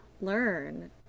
learn